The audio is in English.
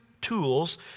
tools